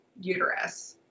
uterus